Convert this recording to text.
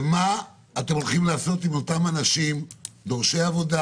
ומה אתם הולכים לעשות עם אותם אנשים דורשי עבודה